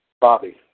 Bobby